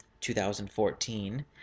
2014